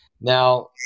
Now